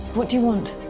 what do you want?